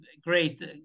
great